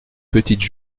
petite